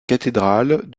cathédrale